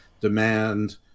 demand